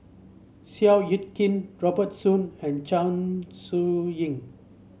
Seow Yit Kin Robert Soon and Chong Siew Ying